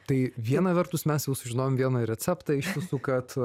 tai viena vertus mes sužinojom vieną receptą iš jūsų kad